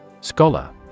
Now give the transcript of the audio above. Scholar